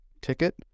ticket